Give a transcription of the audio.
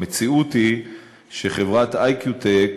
המציאות היא שחברת "אי.קיו.טק",